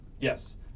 Yes